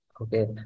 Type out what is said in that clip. Okay